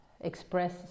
express